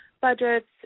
budgets